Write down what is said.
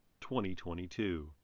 2022